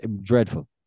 dreadful